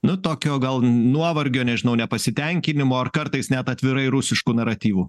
nu tokio gal nuovargio nežinau nepasitenkinimo ar kartais net atvirai rusiškų naratyvų